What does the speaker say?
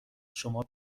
شما